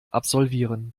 absolvieren